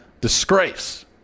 disgrace